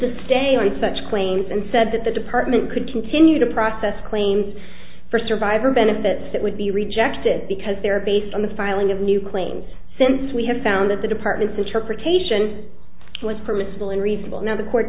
the stay on such claims and said that the department could continue to process claims for survivor benefits that would be rejected because they're based on the filing of new claims since we have found that the department's interpretation was permissible in reasonable now the court